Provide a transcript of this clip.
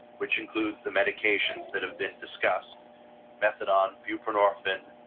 which includes the medications that have been discussed methadone, buprenorphine,